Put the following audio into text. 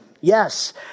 Yes